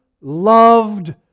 loved